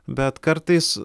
bet kartais